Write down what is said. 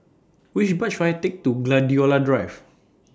Which Bus should I Take to Gladiola Drive